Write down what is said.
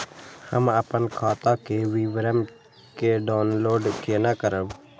हम अपन खाता के विवरण के डाउनलोड केना करब?